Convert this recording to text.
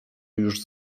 już